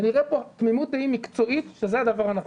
נראה שיש כאן תמימות דעים שזה הדבר הנכון.